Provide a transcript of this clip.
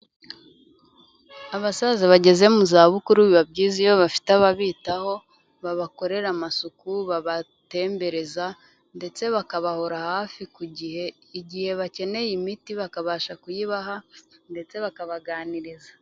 Abasaza bageze mu zabukuru biba byiza iyo bafite ababitaho, babakorera amasuku, babatembereza ndetse bakabahora hafi ku gihe, igihe bakeneye imiti bakabasha kuyibaha ndetse bakabaganiriza.